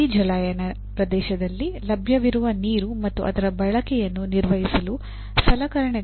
ನದಿ ಜಲಾನಯನ ಪ್ರದೇಶದಲ್ಲಿ ಲಭ್ಯವಿರುವ ನೀರು ಮತ್ತು ಅದರ ಬಳಕೆಯನ್ನು ನಿರ್ವಹಿಸಲು ಸಲಕರಣೆಗಳ ವ್ಯವಸ್ಥೆಯನ್ನು ವಿನ್ಯಾಸಗೊಳಿಸಿ